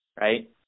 right